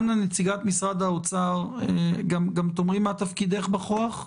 אנא, נציגת משרד האוצר, גם תאמרי מה תפקידך בכוח.